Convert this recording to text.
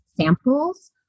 samples